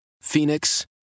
Phoenix